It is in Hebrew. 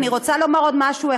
אני רוצה לומר עוד משהו: